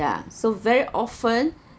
ya so very often